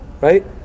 Right